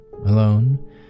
alone